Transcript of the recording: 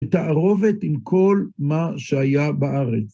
ותערובת עם כל מה שהיה בארץ.